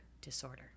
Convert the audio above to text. disorder